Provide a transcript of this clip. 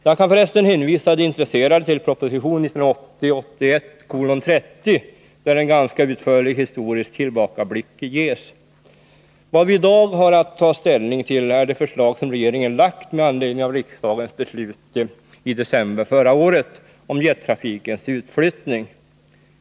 Jag kan för resten hänvisa de intresserade till proposition 1980/81:30, där en ganska utförlig historisk tillbakablick ges. Vad vi i dag har att ta ställning till är det förslag som regeringen har lagt fram med anledning av riksdagens beslut i december förra året om jettrafikens utflyttning.